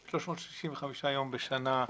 365 יום בשנה,